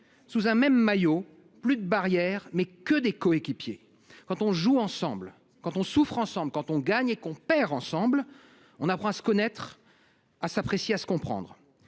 sous un même maillot, plus de barrières, que des coéquipiers ! Quand on joue ensemble, quand on souffre ensemble, quand on gagne et qu’on perd ensemble, on apprend à se connaître, à s’apprécier, à se comprendre.